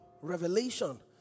revelation